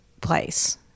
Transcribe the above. place